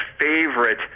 favorite